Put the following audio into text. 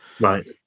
Right